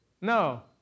No